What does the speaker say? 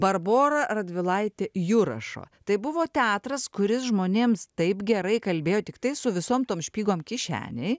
barbora radvilaitė jurašo tai buvo teatras kuris žmonėms taip gerai kalbėjo tiktai su visom tom špygom kišenėj